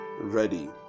ready